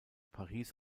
paris